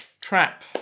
trap